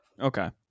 Okay